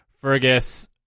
Fergus